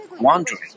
wandering